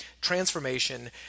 transformation